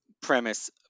premise